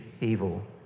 evil